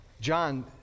John